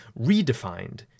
redefined